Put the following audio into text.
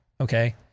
okay